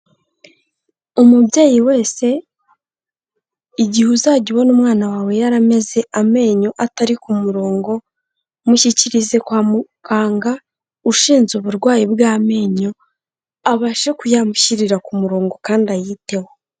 Umubyeyi wese igihe uzajya ubona umwana wawe yarameze amenyo atari ku murongo, mushyikirize kwa muganga ushinzwe uburwayi bw'amenyo, abashe kuyamushyirira ku murongo kandi ayiteho.